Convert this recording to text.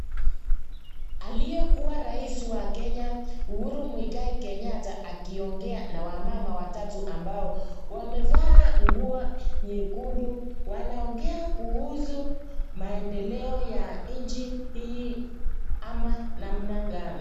Aliyekuwa rais wa Kenya Uhuru Muigai Kenyatta akiongea na wamama watatu ambao wamevaa nguo nyekundu. Wanaongea kuhusu maendeleo ya nchi hii ama namna gani.